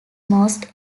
most